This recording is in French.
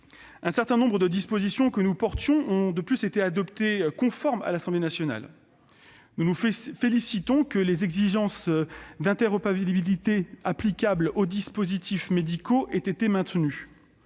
Un certain nombre de dispositions que nous promouvions ont été adoptées conformes à l'Assemblée nationale. Ainsi, nous nous félicitons que les exigences d'interopérabilité applicables aux dispositifs médicaux aient été maintenues,